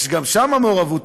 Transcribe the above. יש גם שם מעורבות,